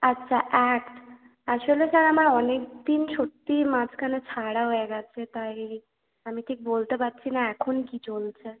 আচ্ছা অ্যাক্ট আসলে স্যার আমার আনেক দিন সত্যিই মাঝখানে ছাড়া হয়ে গিয়েছে তাই আমি ঠিক বলতে পারছি না এখন কী চলছে